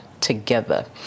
together